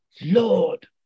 Lord